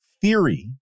theory